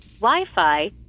Wi-Fi